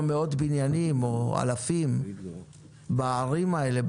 מאות או אלפים בניינים בערים האלה,